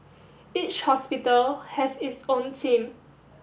each hospital has its own team